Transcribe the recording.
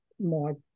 more